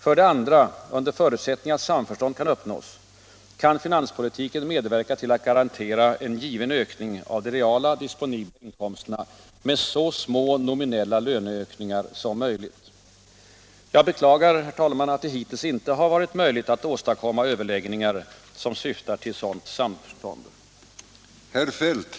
För det andra, under förutsättning att samförstånd kan uppnås, kan finanspolitiken medverka till att garantera en given ökning av de reala disponibla inkomsterna med så små nominella löneökningar som möjligt.” Jag beklagar, herr talman, att det hittills inte har varit möjligt att åstadkomma överläggningar som syftar till sådant samförstånd.